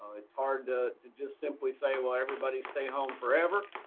it's hard to to just simply say well everybody stay home forever,